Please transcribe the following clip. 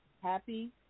happy